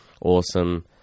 Awesome